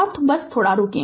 और बस थोडा रुके